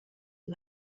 who